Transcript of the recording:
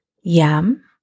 Yam